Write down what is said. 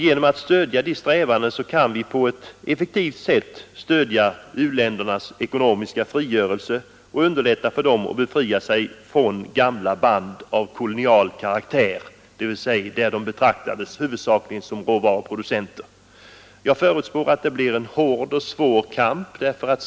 Genom att stödja sådana strävanden kan vi effektivt stödja u-ländernas ekonomiska frigörelse och underlätta för dem att bryta gamla band av kolonial karaktär, då de betraktades som huvudsakligen råvaruproducenter. Jag förutspår att det blir en hård och svår kamp.